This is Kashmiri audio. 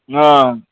نان